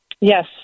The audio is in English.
Yes